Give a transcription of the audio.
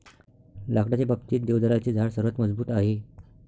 लाकडाच्या बाबतीत, देवदाराचे झाड सर्वात मजबूत आहे